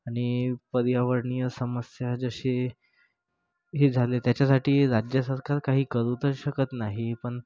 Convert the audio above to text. आणि पर्यावरणीय समस्या जसे हे झाले त्याच्यासाठी राज्य सरकार काही करू तर शकत नाही पण